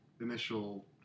initial